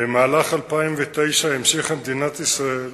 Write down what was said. במהלך 2009 המשיכה מדינת ישראל,